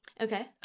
Okay